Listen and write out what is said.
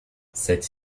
cette